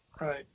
Right